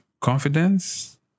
confidence